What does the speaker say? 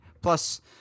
Plus